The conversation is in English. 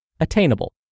Attainable